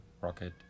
rocket